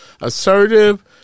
assertive